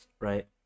right